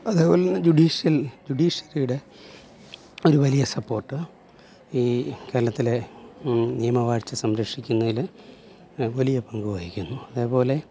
അതേപോലെ തന്നെ ജുഡീഷ്യൽ ജുഡീഷ്യറിയുടെ ഒരു വലിയ സപ്പോർട്ട് ഈ കേരളത്തിലെ നിയമവാഴ്ച്ച സംരക്ഷിക്കുന്നതിൽ വലിയ പങ്കു വഹിക്കുന്നു അതേപോലെ